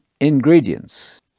ingredients